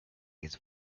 his